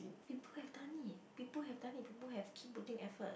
people have done it people have done it people have keep putting effort